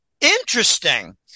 interesting